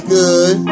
good